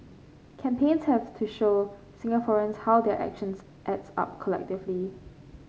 campaigns have to show Singaporeans how their actions adds up collectively